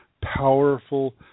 powerful